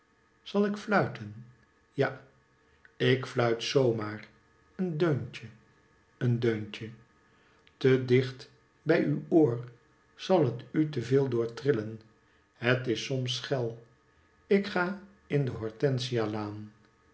zalikfluiten ja ik fluit zoo maar een deuntje een deuntje te dicht bij uw oor zal het u te veel doortrillen het is soms schel ik ga in de hortensia laan